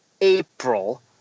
april